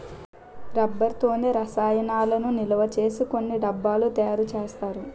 rubber తోనే రసాయనాలను నిలవసేసి కొన్ని డబ్బాలు తయారు చేస్తారు